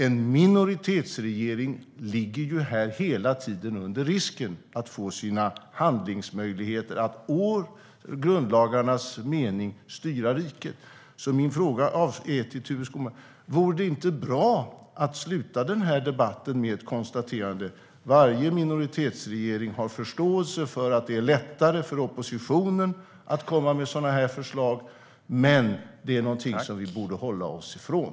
En minoritetsregering ligger här hela tiden under risk i fråga om möjligheterna att å grundlagarnas mening styra riket. Min fråga till Tuve Skånberg är: Vore det inte bra att avsluta den här debatten med ett konstaterande - varje minoritetsregering har förståelse för att det är lättare för oppositionen att komma med sådana här förslag, men det är någonting som vi borde hålla oss ifrån?